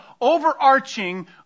overarching